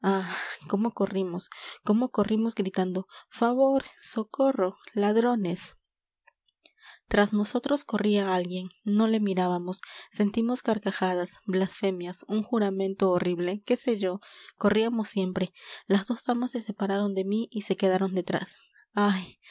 cómo corrimos cómo corrimos gritando favor socorro ladrones tras nosotros corría alguien no le mirábamos sentimos carcajadas blasfemias un juramento horrible qué sé yo corríamos siempre las dos damas se separaron de mí y se quedaron detrás ay